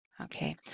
Okay